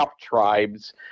tribes